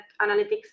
analytics